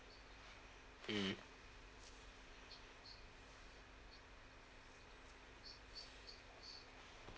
mmhmm